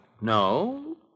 No